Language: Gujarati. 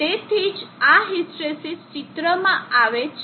તો તેથી જ આ હિસ્ટ્રેસીસ ચિત્રમાં આવી છે